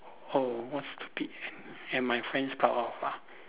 oh what stupid things and my friends part of ah